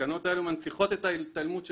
המסקנות האלה מנציחות את ההתעלמות של